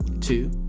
Two